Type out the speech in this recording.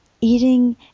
eating